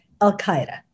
Al-Qaeda